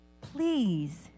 please